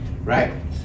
right